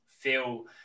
Feel